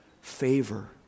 favor